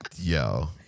Yo